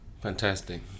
Fantastic